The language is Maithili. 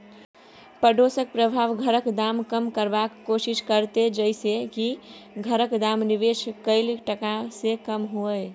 पडोसक प्रभाव घरक दाम कम करबाक कोशिश करते जइसे की घरक दाम निवेश कैल टका से कम हुए